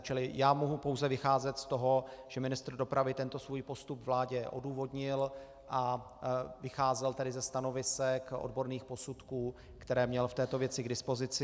Čili já mohu pouze vycházet z toho, že ministr dopravy tento svůj postup vládě odůvodnil, a vycházel tedy ze stanovisek odborných posudků, které měl v této věci k dispozici.